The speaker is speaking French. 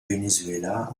venezuela